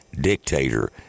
dictator